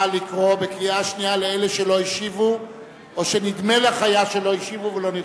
שנייה לאלה שלא השיבו או שנדמה לך היה שלא השיבו ולא נרשמו.